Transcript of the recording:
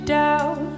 down